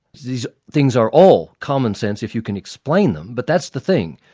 these things are all commonsense if you can explain them, but that's the thing.